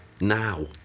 now